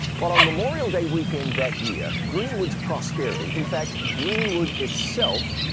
but on memorial day weekend that year, greenwood's prosperity, in fact, greenwood itself,